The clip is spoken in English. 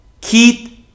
Keith